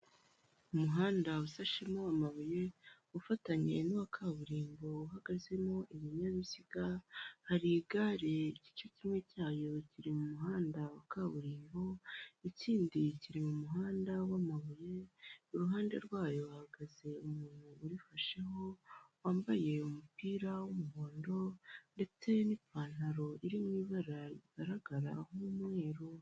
Umuhanda usashemo amabuye, ufatanyije n'uwa kaburimbo uhagazemo ibinyabiziga, hari igare igice kimwe cyayo kiri mu muhanda wa kaburimbo, ikindi kiri mu muhanda w'amabuye, i ruhande rwayo hahagaze umuntu urifasheho, wambaye umupira w'umuhondo ndetse n'ipantaro iri mu ibara rigaragara nk'umweru.